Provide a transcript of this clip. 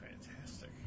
Fantastic